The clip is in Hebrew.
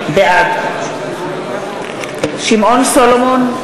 בעד שמעון סולומון,